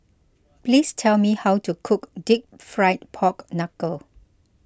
please tell me how to cook Deep Fried Pork Knuckle